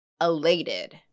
elated